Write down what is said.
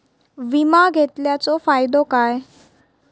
विमा घेतल्याचो फाईदो काय?